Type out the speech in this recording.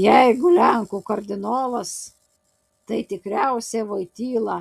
jeigu lenkų kardinolas tai tikriausiai voityla